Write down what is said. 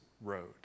road